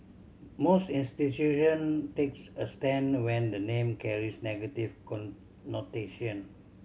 most institution takes a stand when the name carries negative connotation